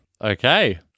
Okay